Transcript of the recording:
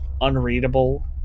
unreadable